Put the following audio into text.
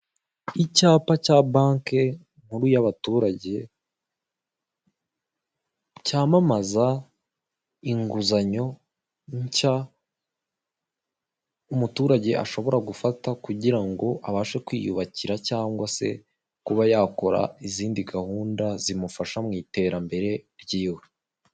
Icyapa cya banke nkuru y'abaturage, cyamamaza inguzanyo nshya umuturage ashobora gufata, kugirango abashe kwiyubakira cyangwa se kuba yakora izindi gahunda zimufasha mw'iterambere ryiwe.